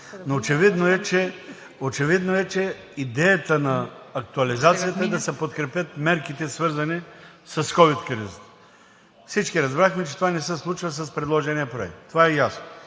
но очевидно е, че идеята на актуализацията е да се подкрепят мерките, свързани с ковид кризата. Всички разбрахме, че това не се случва с предложения проект, това е ясно.